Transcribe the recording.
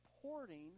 supporting